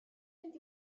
mynd